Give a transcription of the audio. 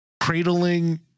cradling